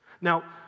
Now